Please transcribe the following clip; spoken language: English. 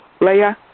Leia